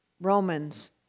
Romans